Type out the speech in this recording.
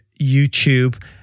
YouTube